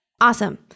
Awesome